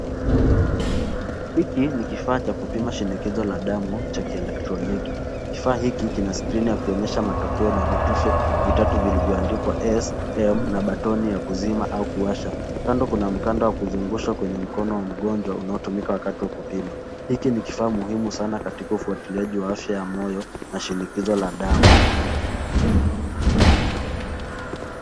Hiki ni kifaa cha kupima shinikizo la damu cha kielektroniki. Kifaa hiki kina skrini ya kuonyesha matokeo na vitufe vitatu vilivyoandikwa SM na button ya kuzima au kuwasha. Kando kuna mkanda wa kuzungushwa kwenye mkono wa mgonjwa unaotumika wakati wa kupima. Hiki ni kifaa muhimu sana katika ufuatiliaji wa afya ya moyo na shinikizo la damu.